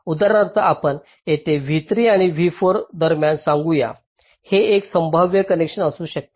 उदाहरणार्थ आपण येथे v3 आणि v4 दरम्यान सांगूया हे एक संभाव्य कनेक्शन असू शकते